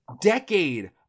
decade